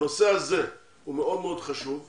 הנושא הזה הוא מאוד מאוד חשוב,